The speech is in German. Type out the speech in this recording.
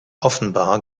offenbar